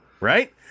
right